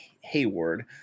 Hayward